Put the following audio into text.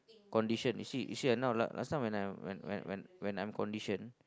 condition you see you see ah now last last time when I'm when when when when I'm conditioned